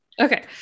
Okay